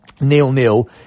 nil-nil